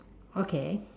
okay